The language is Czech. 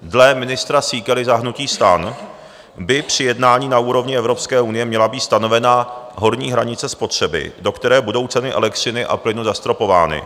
Dle ministra Síkely za hnutí STAN by při jednání na úrovni Evropské unie měla být stanovena horní hranice spotřeby, do které budou ceny elektřiny a plynu zastropovány.